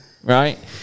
Right